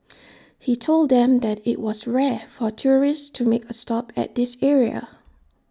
he told them that IT was rare for tourists to make A stop at this area